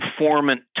informant